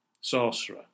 sorcerer